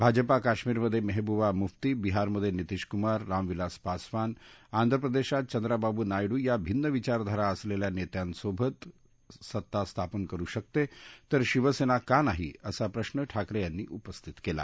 भाजप केश्मीरमध्ये मेहबुबा मुफ्ती बिहारमध्ये नितीश कुमार रामविलास पासवान आंध्र प्रदेशात चंद्राबाबू नायडू या भिन्न विचारधारा असलेल्या नेत्यांसोबत भाजप सत्ता स्थापन करु शकत त्रिर शिवसेना का नाही असा प्रश्न ठाकरे यांनी उपस्थित केला